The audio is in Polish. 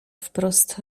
wprost